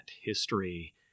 history